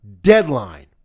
DEADLINE